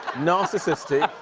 narcissistic,